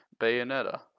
Bayonetta